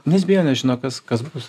nes bijo nežino kas kas bus